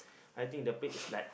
I think the place is like